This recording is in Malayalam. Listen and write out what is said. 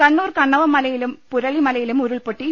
കണ്ണൂർ കണ്ണവം മലയിലും പുരളി മലയിലും ഉരുൾപൊട്ടി